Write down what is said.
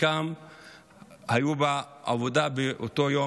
הרבה נשים לא מגיעות לעבודה,